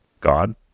God